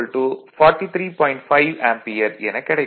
5 ampere எனக் கிடைக்கும்